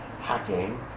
hacking